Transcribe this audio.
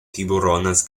tiburones